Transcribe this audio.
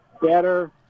better